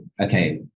okay